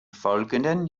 folgenden